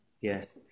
Yes